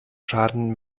schaden